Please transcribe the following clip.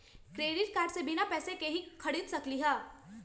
Credit card से बिना पैसे के ही खरीद सकली ह?